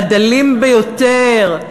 מהדלים ביותר,